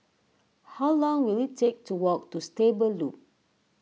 how long will it take to walk to Stable Loop